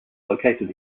located